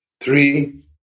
Three